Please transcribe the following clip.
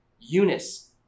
Eunice